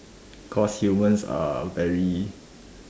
cause humans are very